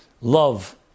love